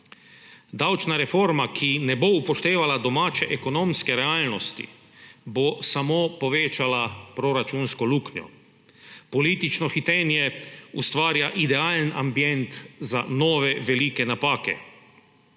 Davčna reforma, ki ne bo upoštevala domače ekonomske realnosti, bo samo povečala proračunsko luknjo. Politično hitenje ustvarja idealen ambient za nove velike napake.